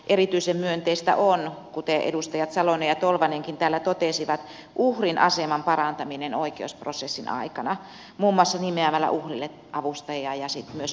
erityisen myönteistä on kuten edustajat salonen ja tolvanenkin täällä totesivat uhrin aseman parantaminen oikeusprosessin aikana muun muassa nimeämällä uhrille avustaja ja sitten myöskin tukihenkilö